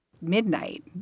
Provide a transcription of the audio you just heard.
midnight